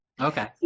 okay